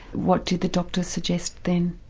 what did the doctor suggest then?